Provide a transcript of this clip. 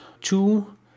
two